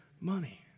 money